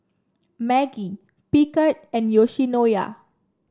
Maggi Picard and Yoshinoya